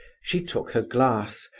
she took her glass,